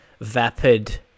vapid